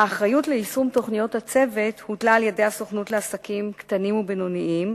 האחריות ליישום תוכניות הצוות הוטלה על הסוכנות לעסקים קטנים ובינוניים,